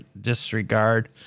disregard